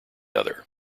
other